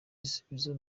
gisubizo